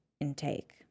intake